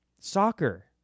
Soccer